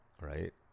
right